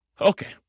Okay